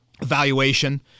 evaluation